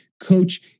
coach